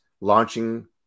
launching